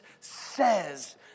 says